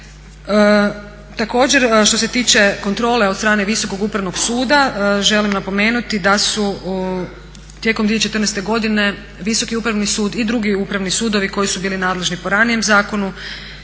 Također što se tiče kontrole od strane Visokog upravnog suda, želim napomenuti da su tijekom 2014. godine Visoki upravni sud i drugi upravni sudovi koji su bili nadležni po ranijem zakonu